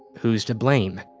who is to blame?